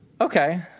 Okay